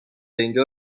اینجا